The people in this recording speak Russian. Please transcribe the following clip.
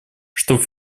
чтобы